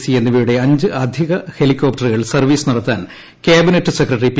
C എന്നിവയുടെ അഞ്ച് അധിക ഹെലികോപ്ടറുകൾ സർവ്വീസ് നടത്താൻ ക്യാബിനെറ്റ് സെക്രട്ടറി പി